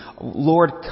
Lord